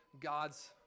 God's